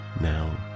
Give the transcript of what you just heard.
now